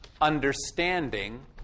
understanding